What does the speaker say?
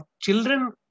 children